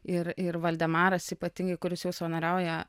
ir ir valdemaras ypatingai kuris jau savanoriauja